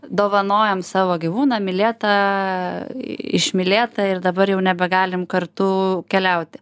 dovanojam savo gyvūną mylėtą išmylėtą ir dabar jau nebegalim kartu keliauti